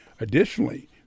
Additionally